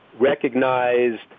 recognized